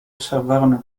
osservarono